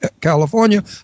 California